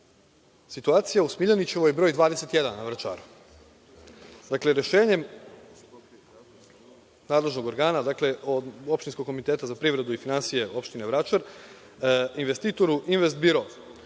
situacija u Smiljanićevoj broj 21, na Vračaru. Dakle, rešenjem nadležnog organa, Opštinskog komiteta za privredu i finansije Opštine Vračar, investitoru „Invest biro“